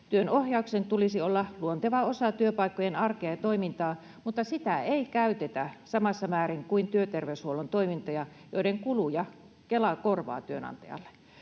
Työnohjauksen tulisi olla luonteva osa työpaikkojen arkea ja toimintaa, mutta sitä ei käytetä samassa määrin kuin työterveyshuollon toimintoja, joiden kuluja Kela korvaa työnantajalle.